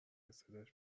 صداش